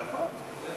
נכון.